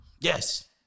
Yes